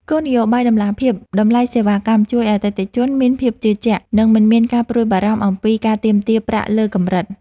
គោលនយោបាយតម្លាភាពតម្លៃសេវាកម្មជួយឱ្យអតិថិជនមានភាពជឿជាក់ និងមិនមានការព្រួយបារម្ភអំពីការទាមទារប្រាក់លើសកម្រិត។